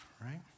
right